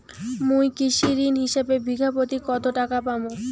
মুই কৃষি ঋণ হিসাবে বিঘা প্রতি কতো টাকা পাম?